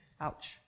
Ouch